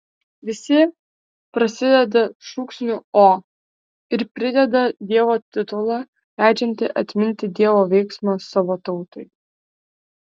visi prasideda šūksniu o ir prideda dievo titulą leidžiantį atminti dievo veiksmą savo tautai